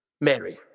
Mary